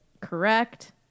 correct